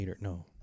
no